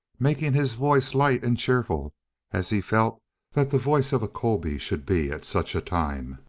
making his voice light and cheerful as he felt that the voice of a colby should be at such a time,